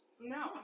No